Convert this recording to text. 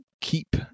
keep